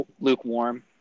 lukewarm